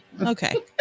okay